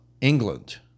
england